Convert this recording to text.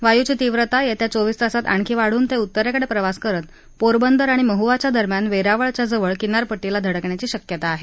वायूची तीव्रता येत्या चोवीस तासात आणखी वाढून ते उत्तरेकडे प्रवास करत पोरबंदर आणि महुवाच्या दरम्यान वेरावळच्या जवळ किनारपट्टीला धडकण्याची शक्यता आहे